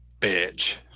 bitch